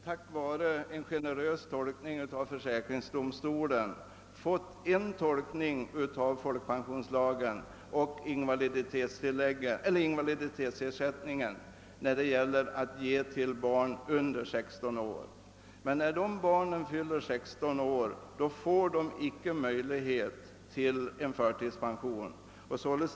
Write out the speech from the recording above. Tack vare en generös tolkning av försäkringsdomstolen har möjlighet öppnats att ge invaliditetsersättning och förtidspension till barn under 16 år, men när dessa barn fyller 16 år finns ingen möjlighet för dem att få förtidspension.